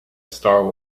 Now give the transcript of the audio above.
star